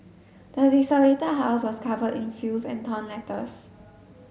the desolated house was covered in filth and torn letters